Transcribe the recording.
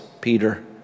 Peter